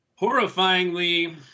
horrifyingly